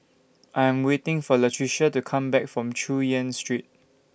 I Am waiting For Latricia to Come Back from Chu Yen Street